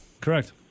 Correct